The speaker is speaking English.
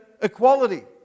equality